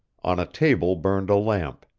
on a table burned a lamp,